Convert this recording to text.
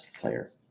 player